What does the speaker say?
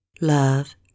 Love